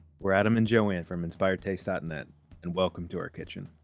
we're adam and joanne from inspiredtaste dot net and welcome to our kitchen.